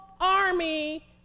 army